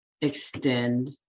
extend